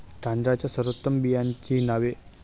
तांदळाच्या सर्वोत्तम बियाण्यांची नावे?